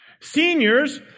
Seniors